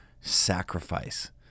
sacrifice